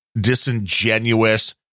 disingenuous